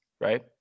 right